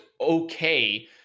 okay